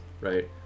right